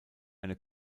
eine